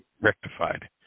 rectified